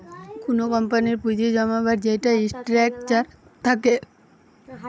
কুনো কোম্পানির পুঁজি জমাবার যেইটা স্ট্রাকচার থাকে